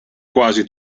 quasi